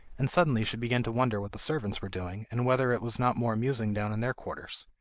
and suddenly she began to wonder what the servants were doing, and whether it was not more amusing down in their quarters.